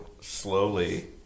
slowly